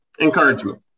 encouragement